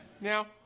Now